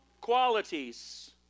qualities